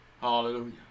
Hallelujah